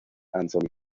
anthony